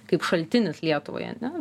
kaip šaltinis lietuvai ane